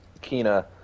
Kina